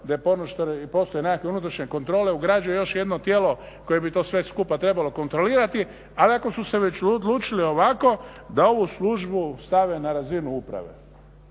gdje postoje nekakve unutrašnje kontrole, ugrađuje još jedno tijelo koje bi to sve skupa trebalo kontrolirati, ali ako su se već odlučili ovako da ovu službu stave na razinu uprave